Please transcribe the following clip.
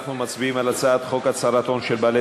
אנחנו מצביעים על הצעת חוק הצהרת הון של בעלי